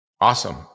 Awesome